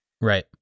right